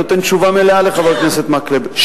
אני נותן תשובה מלאה לחבר הכנסת מקלב.